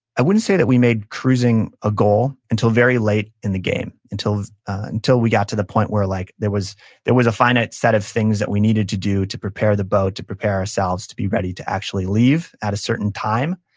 i wouldn't say that we made cruising a goal until very late in the game, until until we got to the point where like there was there was a finite set of things that we needed to do to prepare the boat, to prepare ourselves to be ready to actually leave at a certain time.